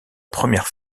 première